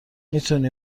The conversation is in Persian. میتونی